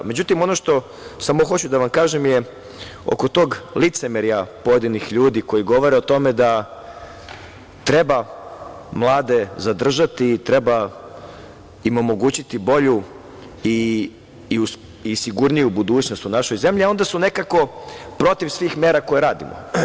Međutim, ono što hoću da vam kažem je oko tog licemerja pojedinih ljudi koji govore o tome da treba mlade zadržati, treba im omogućiti bolju i sigurniju budućnost u našoj zemlji, a onda su nekako protiv svih mera koje radimo.